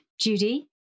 Judy